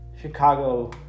Chicago